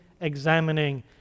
examining